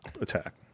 attack